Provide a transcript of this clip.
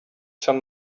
some